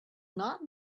not